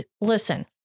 Listen